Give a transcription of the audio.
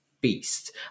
beast